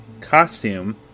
costume